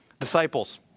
Disciples